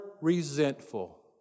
resentful